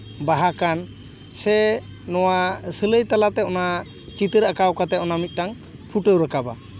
ᱵᱟᱦᱟ ᱠᱟᱱ ᱥᱮ ᱱᱚᱣᱟ ᱥᱤᱞᱟᱹᱭ ᱛᱟᱞᱟᱛᱮ ᱚᱱᱟ ᱥᱤᱞᱟᱹᱭ ᱛᱟᱞᱟᱛᱮ ᱪᱤᱛᱟᱹᱨ ᱟᱸᱠᱟᱣ ᱠᱟᱛᱮ ᱚᱱᱟ ᱢᱤᱫᱴᱟᱝ ᱯᱷᱩᱴᱟᱹᱣ ᱨᱟᱠᱟᱵᱟ